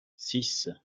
six